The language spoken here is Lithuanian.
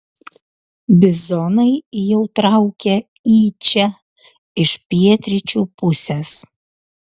bizonai jau traukia į čia iš pietryčių pusės